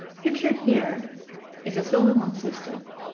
pictured here is a solar system.